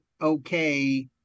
okay